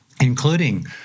including